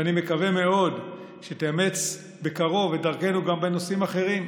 ואני מקווה מאוד שתאמץ בקרוב את דרכנו גם בנושאים אחרים,